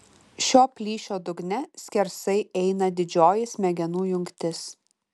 šio plyšio dugne skersai eina didžioji smegenų jungtis